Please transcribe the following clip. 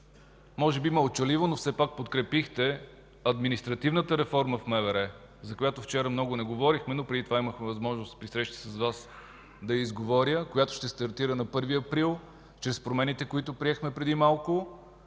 може би мълчаливо, но все пак подкрепихте административната реформа в МВР, за която вчера много не говорихме, но преди това имах възможност при срещи с Вас да изговоря. Тя ще стартира на 1 април чрез промените, които приехме преди малко